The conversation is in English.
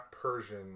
Persian